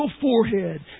forehead